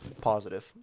Positive